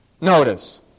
notice